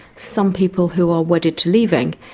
some people who are wedded to leaving,